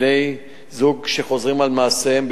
בני-זוג שחוזרים על מעשיהם,